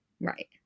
Right